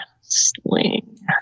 Sling